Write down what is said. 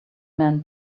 man